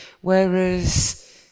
Whereas